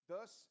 Thus